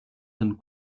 den